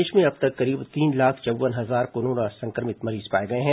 प्रदेश में अब तक करीब तीन लाख चौव्वन हजार कोरोना संक्रमित मरीज पाए गए हैं